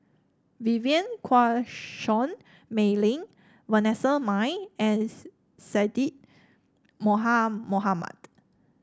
Vivien Quahe Seah Mei Lin Vanessa Mae and Syed Moha Mohamed